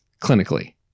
clinically